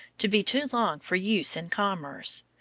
to be too long for use in commerce,